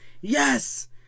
Yes